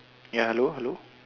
ya hello hello